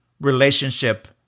relationship